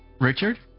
Richard